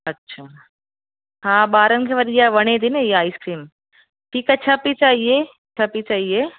अच्छा हा ॿारनि खे वरी इहा वणे थी न इहा आइस्क्रीम ठीकु आहे छह पीस इहे छह पीस इहे